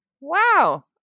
wow